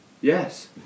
Yes